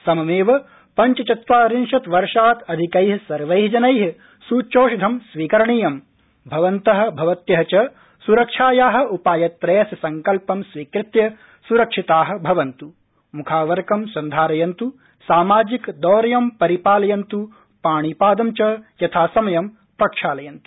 सममेव पञ्चचत्वारिशत् वर्षात् अधिकै सर्वै जनै सूच्यौषधं स्वीकरणीयम् भवन्त भवत्य च सुरक्षाया उपायत्रयस्य संकल्पं स्वीकृत्य सुरक्षिता भवन्तु मुखावरकं सन्धारयन्तु सामाजिकदौर्यं परिपालयन्तु पाणिपादं च यथासमयं प्रक्षालयन्तु